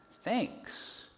Thanks